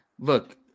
Look